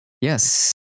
Yes